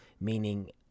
meaning